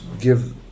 give